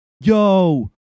Yo